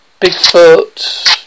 Bigfoot